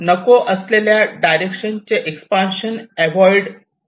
नको असलेल्या डायरेक्शन चे एक्सपान्शन अव्हॉइड करता येते